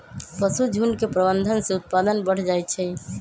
पशुझुण्ड के प्रबंधन से उत्पादन बढ़ जाइ छइ